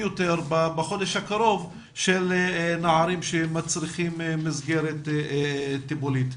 יותר בחודש הקרוב של נערים שמצריכים מסגרת טיפולית.